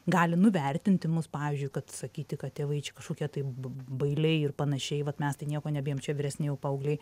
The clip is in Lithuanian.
gali nuvertinti mus pavyzdžiui kad sakyti kad tėvai čia kažkokia taip bailiai ir panašiai vat mes tai nieko nebijom čia vyresni jau paaugliai